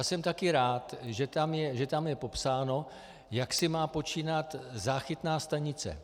Jsem také rád, že tam je popsáno, jak si má počínat záchytná stanice.